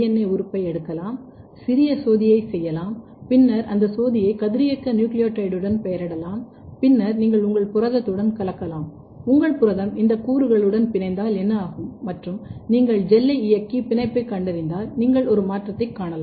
ஏ உறுப்பை எடுக்கலாம் சிறிய சோதியை செய்யலாம் பின்னர் இந்த சோதியை கதிரியக்க நியூக்ளியோடைடுடன் பெயரிடலாம் பின்னர் நீங்கள் உங்கள் புரதத்துடன் கலக்கலாம் உங்கள் புரதம் இந்த கூறுகளுடன் பிணைந்தால் என்ன ஆகும் மற்றும் நீங்கள் ஜெல்லை இயக்கி பிணைப்பைக் கண்டறிந்தால் நீங்கள் ஒரு மாற்றத்தைக் காணலாம்